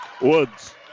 Woods